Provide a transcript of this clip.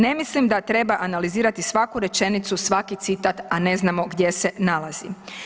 Ne mislim da treba analizirati svaku rečenicu, svaki citat, a ne znamo gdje se nalazi“